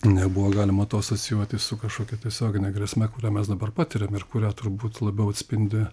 nebuvo galima to asocijuoti su kažkokia tiesiogine grėsme kurią mes dabar patiriam ir kurią turbūt labiau atspindi